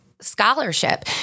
scholarship